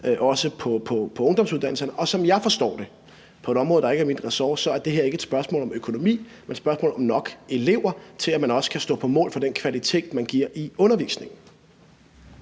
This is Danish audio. ungdomsuddannelserne. Som jeg forstår det på et område, der ikke er mit ressort, er det ikke et spørgsmål om økonomi, men et spørgsmål om nok elever til, at man også kan stå på mål for kvaliteten i den undervisning,